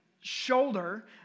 shoulder